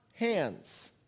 hands